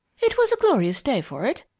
it was a glorious day for it.